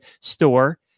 store